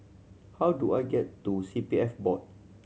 how do I get to C P F Board